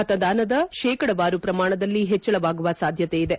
ಮತದಾನದ ಶೇಕಡವಾರು ಪ್ರಮಾಣದಲ್ಲಿ ಹೆಚ್ಚಳವಾಗುವ ಸಾಧ್ಯತೆಯಿದೆ